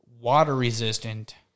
water-resistant